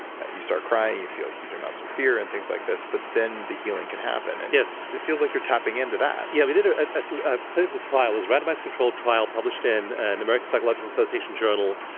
you start crying, you feel huge amounts of fear, and things like this. but then, the healing can happen and yes it feels like you're tapping into that yeah. we did a ah ah ah clinical trial. it was a randomized control trial published in an american psychological association journal.